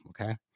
Okay